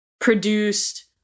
produced